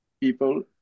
people